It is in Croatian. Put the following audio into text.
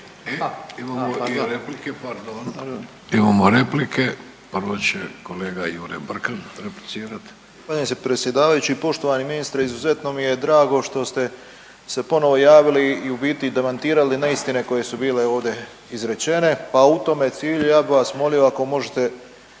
Imao replike, prvo